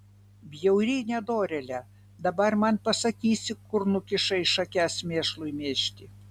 bjauri nedorėle dabar man pasakysi kur nukišai šakes mėšlui mėžti